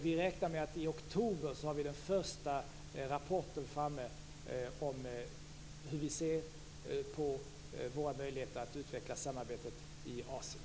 Vi räknar med att vi i oktober kommer att ha tagit fram den första rapporten om hur vi ser på våra möjligheter att utveckla samarbetet i Asien.